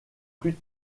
plus